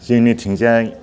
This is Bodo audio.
जोंनिथिंजाय